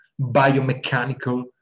biomechanical